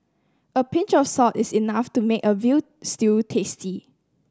a pinch of salt is enough to make a veal stew tasty